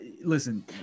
listen